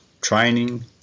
training